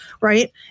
right